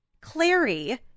Clary